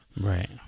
Right